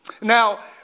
Now